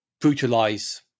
brutalize